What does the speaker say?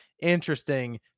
interesting